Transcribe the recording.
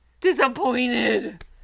disappointed